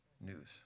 news